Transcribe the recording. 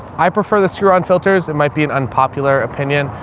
i prefer the screw on filters. it might be an unpopular opinion.